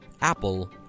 Apple